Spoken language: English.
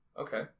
Okay